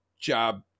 job